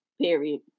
Period